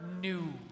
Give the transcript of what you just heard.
new